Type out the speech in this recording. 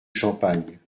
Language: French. champagne